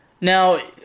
Now